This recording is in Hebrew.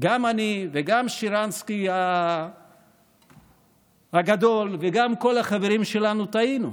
גם אני וגם שרנסקי הגדול וגם כל החברים שלנו טעינו.